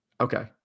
Okay